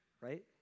right